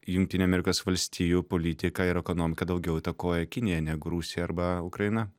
jungtinių amerikos valstijų politika ir ekonomika daugiau įtakoja kinija negu rusija arba ukraina